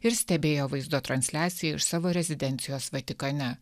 ir stebėjo vaizdo transliaciją iš savo rezidencijos vatikane